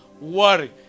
worry